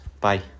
Bye